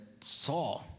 saw